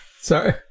Sorry